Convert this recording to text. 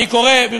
צריך לסיים.